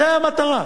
זו המטרה.